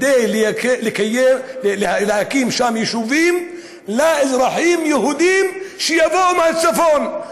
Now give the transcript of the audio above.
כדי להקים שם יישובים לאזרחים יהודים שיבואו מהצפון.